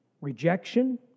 rejection